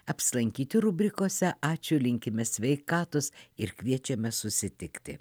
apsilankyti rubrikose ačiū linkime sveikatos ir kviečiame susitikti